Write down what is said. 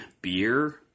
beer